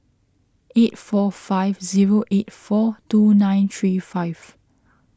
eight four five zero eight four two nine three five